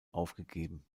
aufgegeben